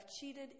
cheated